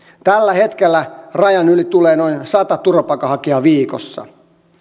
tällä hetkellä rajan yli tulee noin sata turvapaikanhakijaa viikossa